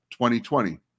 2020